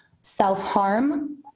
self-harm